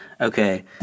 Okay